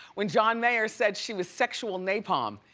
when john mayer said she was sexual napalm.